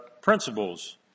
principles